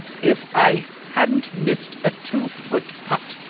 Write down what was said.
if i hadn't missed a two-foot putt,